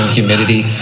humidity